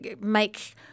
make